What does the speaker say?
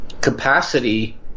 capacity